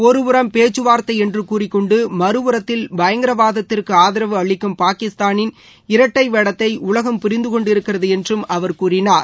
ஒருபுறம் பேச்சுவார்த்தை என்று கூறிக்கொண்டு மறுபுறத்தில் பயங்கரவாதத்திற்கு ஆதரவு அளிக்கும் பாகிஸ்தானின் இரட்டை வேடத்தை உலகம் புரிந்து கொண்டு இருக்கிறது என்றும் அவர் கூறினார்